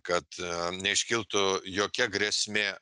kad neiškiltų jokia grėsmė